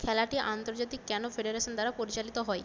খেলাটি আন্তর্জাতিক canoe federation দ্বারা পরিচালিত হয়